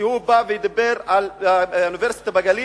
כשהוא דיבר על אוניברסיטה בגליל,